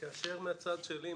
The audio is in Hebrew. כאשר מהצד שלי,